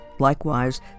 Likewise